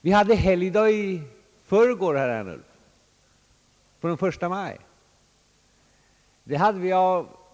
Vi hade helgdag i förrgår, herr Ernulf! Det var den 1 maj.